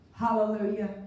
Hallelujah